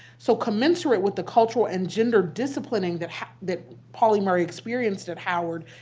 so commensurate with the cultural and gender disciplining that that pauli murray experienced at howard,